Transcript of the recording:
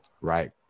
right